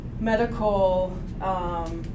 Medical